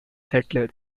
settlers